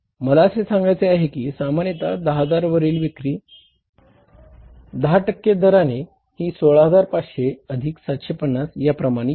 मला असे सांगायचे आहे की सामान्यतः 10000 वरील विक्री 10 टक्के दराने ही 16500 अधिक 750 या प्रमाणे येईल